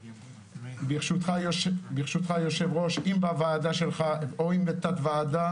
ברשותך, היושב-ראש, אם בוועדה שלך או אם בתת-ועדה